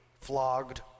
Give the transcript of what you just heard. flogged